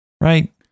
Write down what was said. right